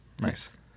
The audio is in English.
Nice